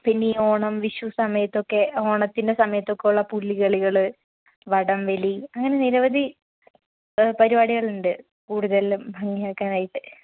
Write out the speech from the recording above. പിന്നെ ഈ ഓണം വിഷു സമയത്തൊക്കെ ഓണത്തിൻ്റെ സമയത്തൊക്കെ ഉള്ള പുലികളികള് വടംവലി അങ്ങനെ നിരവധി പരിപാടികളുണ്ട് കൂടുതലും ഭംഗിയൊക്കെ ആയിട്ട്